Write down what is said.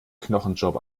knochenjob